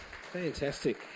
Fantastic